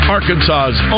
Arkansas's